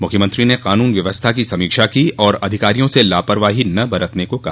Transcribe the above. मुख्यमंत्री ने कानून ब्यवस्था की समीक्षा की और अधिकारियों से लापरवाही न बरतने को कहा